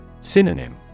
Synonym